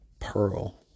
Pearl